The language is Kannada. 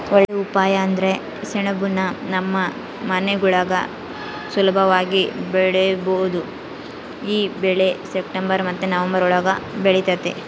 ಒಳ್ಳೇ ಉಪಾಯ ಅಂದ್ರ ಸೆಣಬುನ್ನ ನಮ್ ಮನೆಗುಳಾಗ ಸುಲುಭವಾಗಿ ಬೆಳುಸ್ಬೋದು ಈ ಬೆಳೆ ಸೆಪ್ಟೆಂಬರ್ ಮತ್ತೆ ನವಂಬರ್ ಒಳುಗ ಬೆಳಿತತೆ